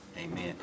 Amen